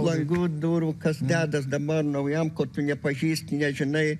langų durų kas dedas dabar naujam ko tu nepažįsti nežinai